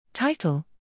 Title